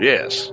Yes